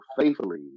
faithfully